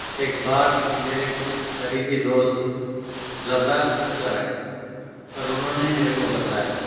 ایک بار میرے کچھ قریبی دوست لداخ گھوم کر آئے پر انہوں نے میرے کو بتایا